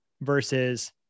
versus